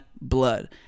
blood